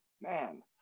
man